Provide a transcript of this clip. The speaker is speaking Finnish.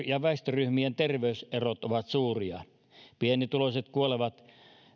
ja väestöryhmien terveyserot ovat suuria pienituloiset kuolevat